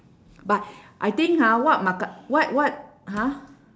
but I think ha what mooka~ what what !huh!